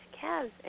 calves